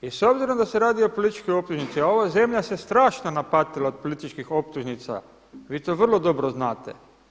I s obzirom da se radi o političkoj optužnici a ova zemlja se strašno napatila od političkih optužnica, vi to vrlo dobro znate.